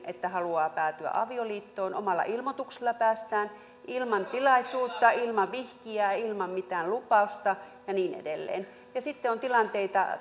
että haluaa päätyä avioliittoon omalla ilmoituksella päästään ilman tilaisuutta ilman vihkijää ilman mitään lupausta ja niin edelleen ja sitten on tilanteita